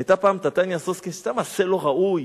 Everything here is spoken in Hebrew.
היתה פעם טטיאנה סוסקין, עשתה מעשה לא ראוי,